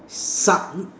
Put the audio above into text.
suck